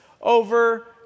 over